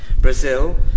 Brazil